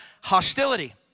hostility